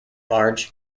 large